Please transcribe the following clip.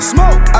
Smoke